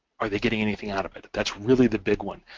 are they getting anything out of it? that's really the big one